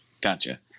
Gotcha